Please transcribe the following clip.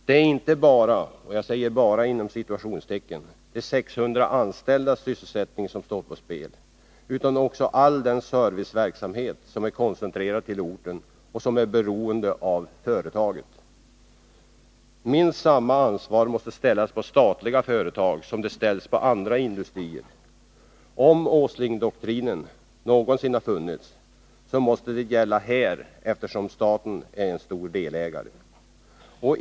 Det är inte ”bara” de 600 anställdas sysselsättning som står på spel utan också all den serviceverksamhet som är koncentrerad till orten och som är beroende av företaget. Minst samma ansvar måste ställas på statliga företag som det ställs på andra industriföretag. Om Åslingdoktrinen någonsin har funnits så måste den gälla här, eftersom staten är en stor delägare.